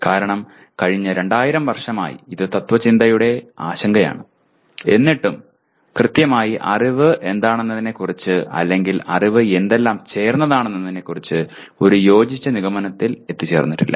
കാരണം കഴിഞ്ഞ 2000 വർഷമായി ഇത് തത്ത്വചിന്തയുടെ ആശങ്കയാണ് എന്നിട്ടും കൃത്യമായി അറിവ് എന്താണെന്നതിനെക്കുറിച്ച് അല്ലെങ്കിൽ അറിവ് എന്തെല്ലാം ചേർന്നതാണെന്നതിനെക്കുറിച്ചു ഒരു യോജിച്ച നിഗമനത്തിൽ എത്തി ചേർന്നിട്ടില്ല